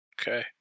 Okay